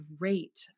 great